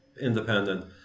independent